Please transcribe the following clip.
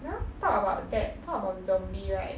never talk about that talk about zombie right